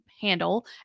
handle